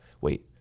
wait